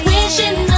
Wishing